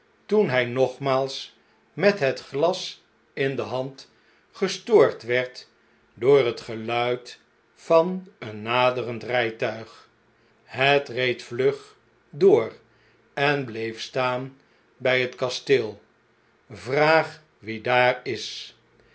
toen hj nogmaals met het glas in de hand gestoord werd door het geluid van een naderend rytuig het reed vlug door en bleef staan bij het kasteel vraag wie daar is